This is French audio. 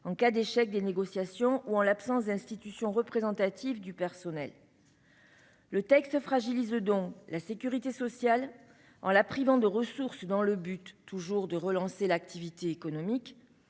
en cas d'échec des négociations ou en l'absence d'institutions représentatives du personnel. Le texte fragilise donc la sécurité sociale en la privant de ressources dans l'objectif, toujours, de relancer l'activité économique.